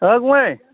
ओइ गुमै